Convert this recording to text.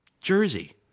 Jersey